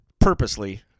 purposely